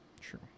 True